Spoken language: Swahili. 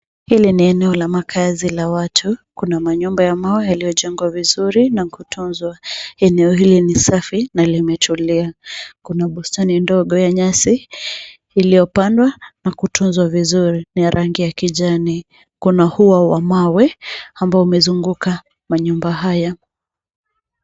Hili ni eneo la makaazi ya watu. Kuna manyumba ya mawe yaliyo jengwa vizuri na kutunzwa. Eneo hili ni safi na limetulia. Kuna bustani ndogo ya nyasi iliyo pandwa na kutunzwa vizuri ni ya rangi ya kijani. Kuna ua wa mawe ambalo umezunguka manyumba haya.